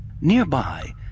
Nearby